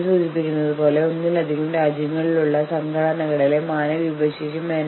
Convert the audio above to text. ചിലപ്പോൾ ഞങ്ങൾ രാത്രി 10 മുതൽ രാവിലെ 6 വരെ ജോലി ചെയ്യുന്നു